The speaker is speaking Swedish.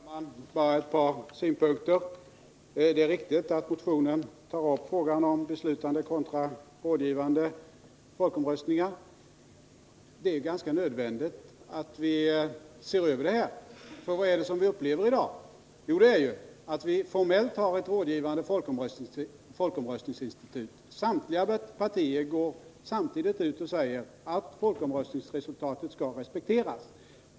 Fru talman! Bara ett par synpunkter. Det är riktigt att motionen tar upp frågan om beslutande kontra rådgivande folkomröstningar. Det är ganska nödvändigt att se över detta. Vad är det nämligen vi upplever i dag? Jo, att vi formellt har ett rådgivande folkomröstningsinstitut. Samtliga partier går samtidigt ut och säger att folkomröstningsresultatet skall respekteras.